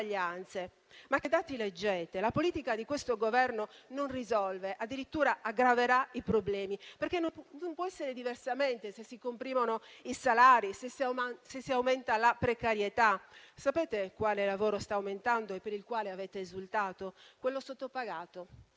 Ma che dati leggete? La politica di questo Governo non risolve, addirittura aggraverà i problemi, perché non può essere diversamente se si comprimono i salari, se si aumenta la precarietà. Sapete quale lavoro sta aumentando e per il quale avete esultato? Quello sottopagato,